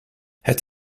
het